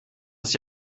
ist